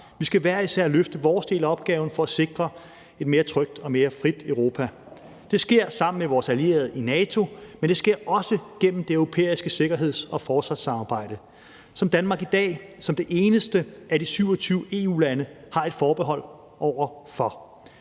Vi skal hver især løfte vores del af opgaven for at sikre et mere trygt og mere frit Europa. Det sker sammen med vores allierede i NATO, men det sker også igennem det europæiske sikkerheds- og forsvarssamarbejde, som Danmark i dag som det eneste af de 27 EU-lande har et forbehold over for.